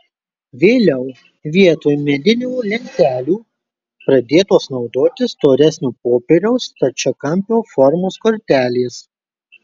vėliau vietoj medinių lentelių pradėtos naudoti storesnio popieriaus stačiakampio formos kortelės